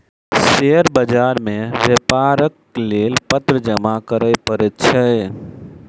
share बाजार मे व्यापारक लेल पत्र जमा करअ पड़ैत अछि